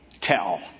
tell